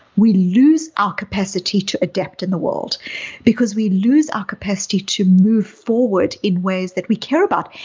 we lose our capacity to adapt in the world because we lose our capacity to move forward in ways that we care about,